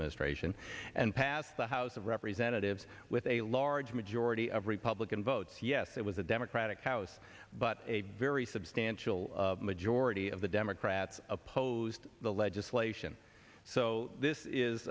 ministration and passed the house of representatives with a large majority of republican votes yes it was a democratic house but a very substantial majority of the democrats opposed the legislation so this is